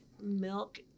milk